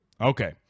Okay